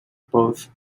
both